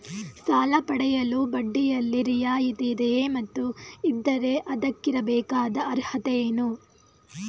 ಸಾಲ ಪಡೆಯಲು ಬಡ್ಡಿಯಲ್ಲಿ ರಿಯಾಯಿತಿ ಇದೆಯೇ ಮತ್ತು ಇದ್ದರೆ ಅದಕ್ಕಿರಬೇಕಾದ ಅರ್ಹತೆ ಏನು?